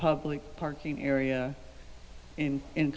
public parking area in